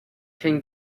can